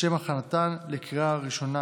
לשם הכנתן לקריאה הראשונה.